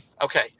okay